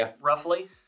roughly